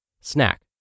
Snack